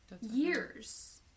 Years